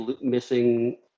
missing